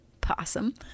Possum